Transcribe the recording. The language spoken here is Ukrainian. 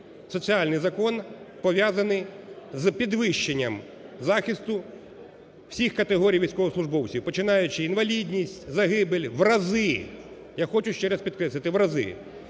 соціальний закон, пов'язаний з підвищенням захисту всіх категорій військовослужбовців, починаючи інвалідність, загибель, в рази, я хочу ще раз підкреслити – в рази.